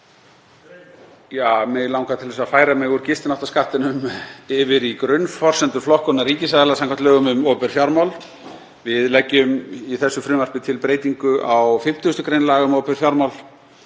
Mig langar til að færa mig úr gistináttaskattinum yfir í grunnforsendur flokkunar ríkisaðila samkvæmt lögum um opinber fjármál. Við leggjum í þessu frumvarpi til breytingu á 50. gr. laga um opinber fjármál